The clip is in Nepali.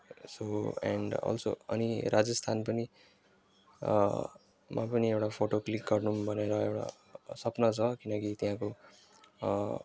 यो एन्ड अल्सो अनि राजस्थान पनि म पनि एउटा क्लिक गर्नु पनि भनेर एउटा सपना छ किनकि त्यहाँको